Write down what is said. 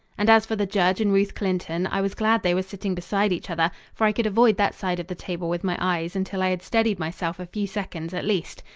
and as for the judge and ruth clinton, i was glad they were sitting beside each other, for i could avoid that side of the table with my eyes until i had steadied myself a few seconds at least.